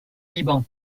liban